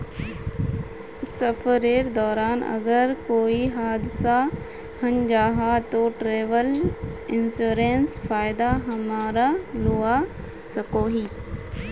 सफरेर दौरान अगर कोए हादसा हन जाहा ते ट्रेवल इन्सुरेंसर फायदा हमरा लुआ सकोही